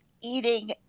eating